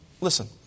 Listen